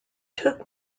took